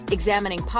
Examining